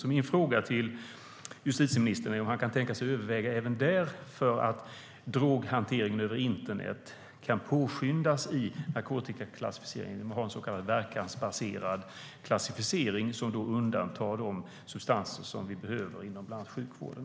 Min fråga till justitieministern är om han kan tänka sig att överväga att droghanteringen över internet kan påskyndas i narkotikaklassificeringen genom att ha en så kallad verkansbaserad klassificering som undantar de substanser som vi behöver inom bland annat sjukvården.